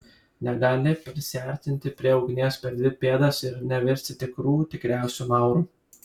negali prisiartinti prie ugnies per dvi pėdas ir nevirsti tikrų tikriausiu mauru